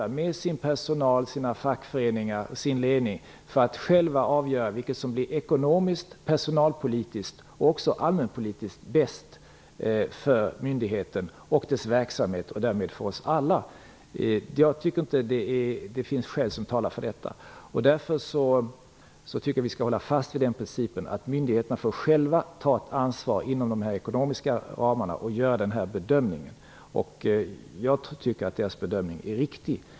De skall själva med sin personal, sina fackföreningar och sin ledning få avgöra vilket som blir ekonomiskt, personalpolitiskt och även allmänpolitiskt bäst för myndigheten och dess verksamhet, och därmed för oss alla. Jag tycker inte att det finns skäl som talar för ett ingripande i detta fall. Jag tycker att vi skall hålla fast vid den principen att myndigheterna själva får ta ansvar inom de ekonomiska ramarna och göra denna bedömning. Jag tycker att deras bedömning är riktig.